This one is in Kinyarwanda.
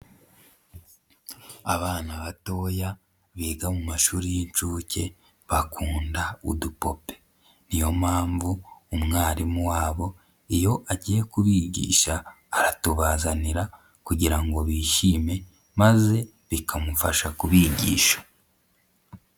Abana batoya biga mu mashuri y'inshuke bakunda udupupe, ni yo mpamvu umwarimu wabo iyo agiye kubigisha aratubazanira kugira ngo bishime maze bikamufasha kubigisha.